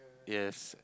yes